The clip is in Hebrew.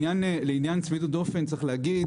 לעניין צמידות דופן, צריך להגיד